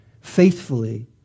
faithfully